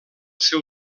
seu